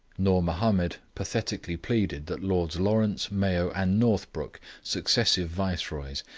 noor mahomed pathetically pleaded that lords lawrence, mayo, and northbrook, successive viceroys,